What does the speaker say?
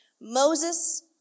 Moses